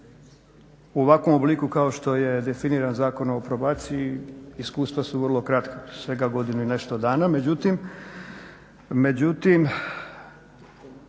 u ovakvom obliku kao što je definiran Zakon o probaciji iskustva su vrlo kratka, svega godinu i nešto dana,